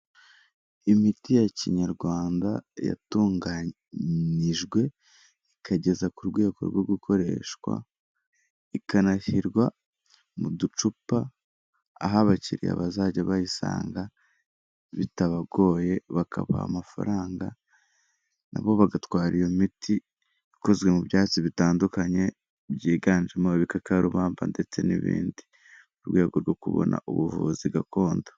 Imiti ya Kinyarwanda yatunganijwe ikageza ku rwego rwo gukoreshwa ikanashyirwa mu ducupa aho abakiriya bazajya bayisanga bitabagoye bakabaha amafaranga, na bo bagatwara iyo miti ikozwe mu byatsi bitandukanye byiganjemo ibikakarubamba ndetse n'ibindi mu rwego rwo kubona ubuvuzi gakondo.